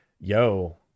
yo